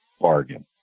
bargain